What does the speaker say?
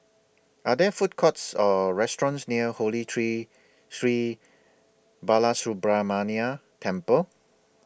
Are There Food Courts Or restaurants near Holy Tree Sri Balasubramaniar Temple